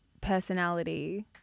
personality